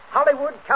Hollywood